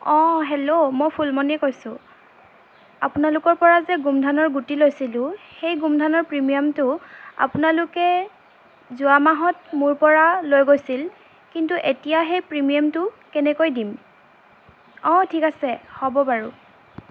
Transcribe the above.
অঁ হেল্ল' মই ফুলমণি কৈছোঁ আপোনালোকৰ পৰা যে গোমধানৰ গুটি লৈছিলোঁ সেই গোমধানৰ প্ৰিমিয়ামটো আপোনালোকে যোৱা মাহত মোৰ পৰা লৈ গৈছিল কিন্তু এতিয়া সেই প্ৰিমিয়ামটো কেনেকৈ দিম অঁ ঠিক আছে হ'ব বাৰু